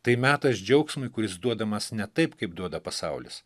tai metas džiaugsmui kuris duodamas ne taip kaip duoda pasaulis